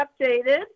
updated